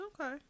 Okay